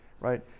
right